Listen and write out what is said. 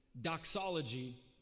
doxology